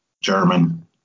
German